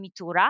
Mitura